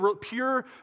pure